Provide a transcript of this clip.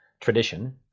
tradition